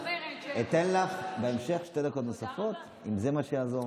אתן לך בהמשך שתי דקות נוספות, אם זה מה שיעזור.